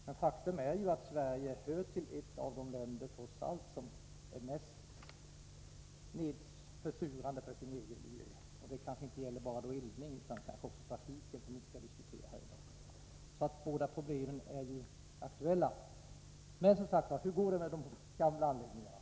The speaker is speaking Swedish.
Men faktum är att Sverige hör till de länder som mest försurar sin egen miljö — kanske inte bara genom eldning utan också genom trafiken, som vi emellertid inte skall diskutera i dag. Båda problemen är emellertid aktuella. Som sagt: Hur går det med de gamla anläggningarna?